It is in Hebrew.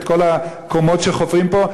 את כל הקומות שחופרים פה?